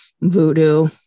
voodoo